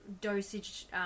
dosage